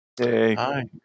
Hi